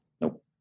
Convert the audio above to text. Nope